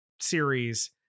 series